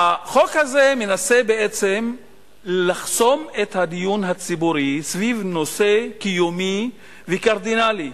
החוק הזה מנסה בעצם לחסוך את הדיון הציבורי סביב נושא קיומי וקרדינלי,